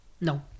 No